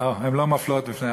הן נופלות על כולם באופן שווה.